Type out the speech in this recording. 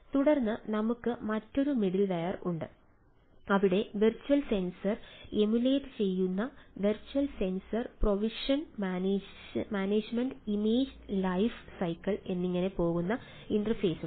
തുടർന്ന് നമുക്ക് മറ്റൊരു മിഡിൽവെയർ ഉണ്ട് അവിടെ വെർച്വൽ സെൻസർ എമുലേറ്റ് ചെയ്യുന്ന virtual sensor provision management image life cycle എന്നിങ്ങനെ പോകുന്നു ഇന്റർഫേസുകൾ